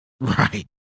Right